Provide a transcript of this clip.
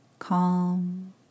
Calm